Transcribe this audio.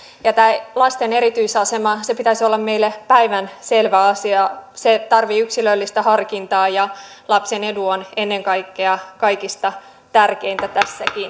tämän lasten erityisaseman pitäisi olla meille päivänselvä asia se tarvitsee yksilöllistä harkintaa ja lapsen etu on ennen kaikkea kaikista tärkeintä tässäkin